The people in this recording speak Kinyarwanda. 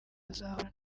azahura